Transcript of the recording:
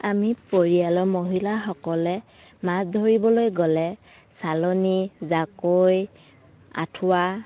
আমি পৰিয়ালৰ মহিলাসকলে মাছ ধৰিবলৈ গ'লে চালনি জাকৈ আঠুৱা